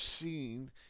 seen